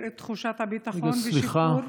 את תחושת הביטחון ולשפר את חיי התושב,